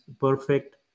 perfect